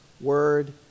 word